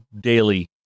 daily